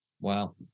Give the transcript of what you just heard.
Wow